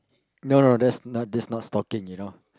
no no no that's not that's not stalking you know